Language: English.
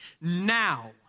now